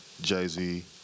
Jay-Z